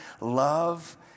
love